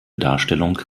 darstellung